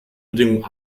bedingungen